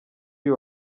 uyu